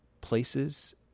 places